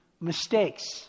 mistakes